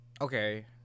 Okay